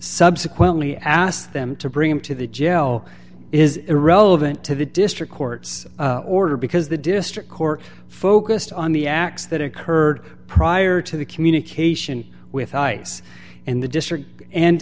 subsequently asked them to bring him to the jail is irrelevant to the district court's order because the district court focused on the acts that occurred prior to the communication with ice and the district and